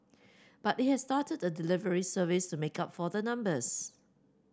but it has started a delivery service to make up for the numbers